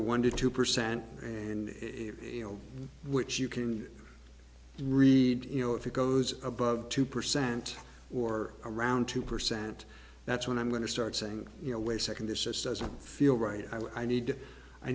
one to two percent and you know which you can read you know if it goes above two percent or around two percent that's when i'm going to start saying you know way second this just as i feel right i need